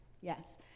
Yes